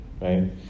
Right